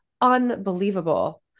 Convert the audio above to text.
unbelievable